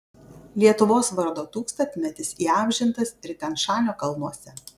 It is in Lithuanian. lietuvos vardo tūkstantmetis įamžintas ir tian šanio kalnuose